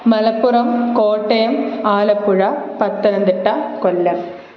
Malappuram Kottayam Alappuzha Pathanamthitta Kollam